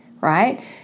right